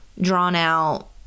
drawn-out